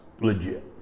legit